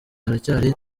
haracyari